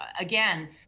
again